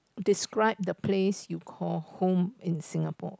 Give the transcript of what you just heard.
describe the place you call home in Singapore